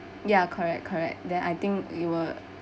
ya correct correct then I think it will